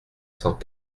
cent